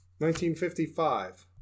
1955